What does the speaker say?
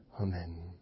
amen